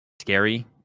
scary